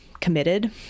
committed